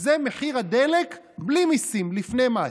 זה מחיר הדלק בלי מיסים, לפני מס.